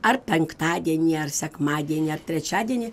ar penktadienį ar sekmadienį ar trečiadienį